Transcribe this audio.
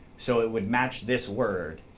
so it would match this word,